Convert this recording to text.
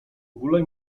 ogóle